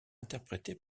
interprété